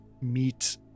meet